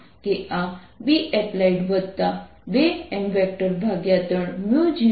અને આ સપાટીની લંબાઈ L છે સિલિન્ડ્રિકલ શેલ ની ત્રિજ્યા R છે